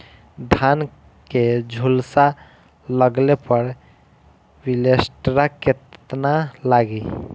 धान के झुलसा लगले पर विलेस्टरा कितना लागी?